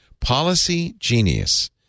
PolicyGenius